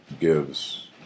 gives